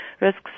risks